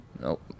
Nope